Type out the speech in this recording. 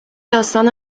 داستان